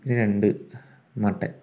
പിന്നെ രണ്ട് മട്ടൺ